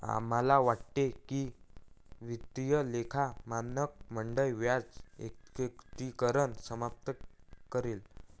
आम्हाला वाटते की वित्तीय लेखा मानक मंडळ व्याज एकत्रीकरण समाप्त करेल